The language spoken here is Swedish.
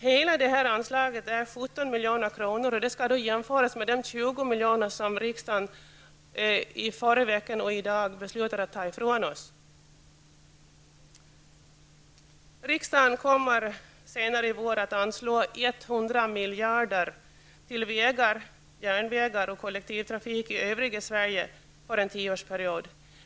Hela detta anslag är 17 milj.kr., och det skall jämföras med de 20,5 milj.kr. som riksdagen med besluten: förra veckan och i dag tar ifrån oss. Riksdagen kommer senare i vår att anslå 100 miljarder till vägar, järnvägar och kollektivtrafik i övriga Sverige för en tioårsperiod.